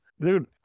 Dude